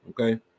okay